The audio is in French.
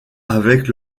avec